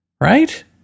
Right